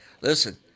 listen